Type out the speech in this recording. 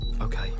Okay